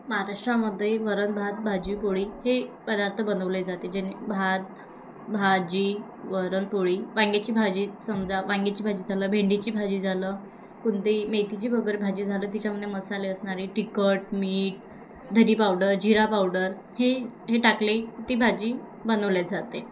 महाराष्ट्रामध्ये वरण भात भाजी पोळी हे पदार्थ बनवले जाते जेने भात भाजी वरण पोळी वांग्याची भाजी समजा वांग्याची भाजी झालं भेंडीची भाजी झालं कोणते मेथीची वगैरे भाजी झालं तिच्यामध्ये मसाले असणारी तिखट मीठ धने पावडर जिरा पावडर हे हे टाकले ती भाजी बनवल्या जाते